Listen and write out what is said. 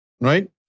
right